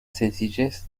sencillez